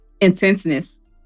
intenseness